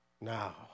now